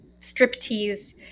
striptease